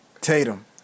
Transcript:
Tatum